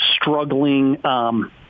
struggling